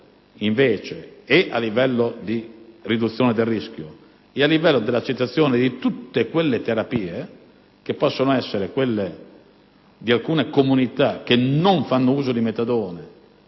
sia a livello di riduzione del rischio che di accettazione di tutte quelle terapie che possono essere adottate da alcune comunità che non fanno uso di metadone